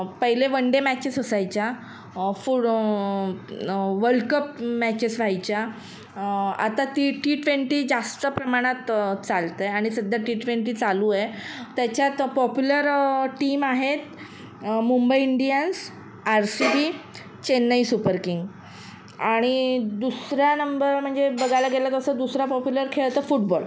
पहिले one day matches असायच्या पुढं वर्ल्ड कप मॅचेस व्हायच्या आता ती टी ट्वेंटी जास्त प्रमाणात चालते आणि सध्या टी ट्वेंटी चालू आहे त्याच्यात पॉप्युलर टीम आहेत Mumbai Indians RCB Chennai super king आणि दुसरा नंबर म्हणजे बघायला गेलं तसं दुसरा पॉप्युलर खेळ तर फुटबॉल